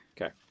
Okay